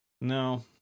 No